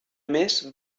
més